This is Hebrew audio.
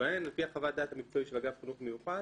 שבהן לפי חוות הדעת המקצועית של אגף חינוך מיוחד